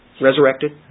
resurrected